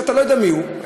אתה לא יודע מי הוא,